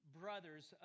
brothers